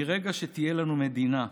מרגע שתהיה לנו מדינה,